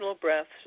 breaths